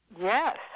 Yes